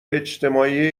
اجتماعی